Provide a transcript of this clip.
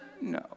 no